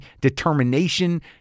determination